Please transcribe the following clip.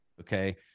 Okay